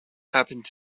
happened